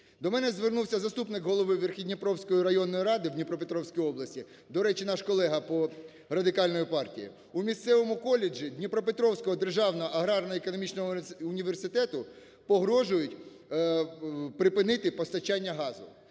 До мене звернувся заступник голови Верхньодніпровської районної ради в Дніпропетровській області (до речі, наш колеги по Радикальній партії). У місцевому коледжі Дніпропетровського державного аграрно-економічного університету погрожують припинити постачання газу.